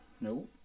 No